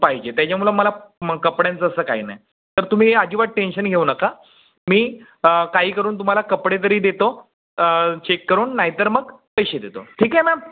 पाहिजे त्याच्यामुळं मला म कपड्यांचं असं काही नाही तर तुम्ही अजिबात टेंशन घेऊ नका मी काही करून तुम्हाला कपडे तरी देतो चेक करून नाही तर मग पैसे देतो ठीक आहे मॅम